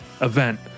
event